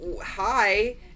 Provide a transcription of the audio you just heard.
hi